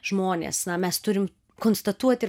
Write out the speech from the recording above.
žmonės na mes turim konstatuoti